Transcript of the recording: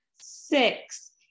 Six